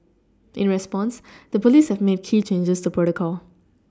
in response the police have made key changes to protocol